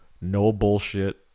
no-bullshit